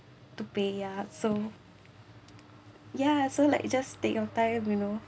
to pay ya so ya so like just take your time you know